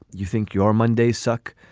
you think your monday suck.